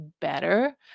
better